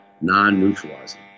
non-neutralizing